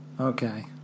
okay